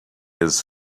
his